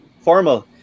formal